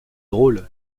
drôle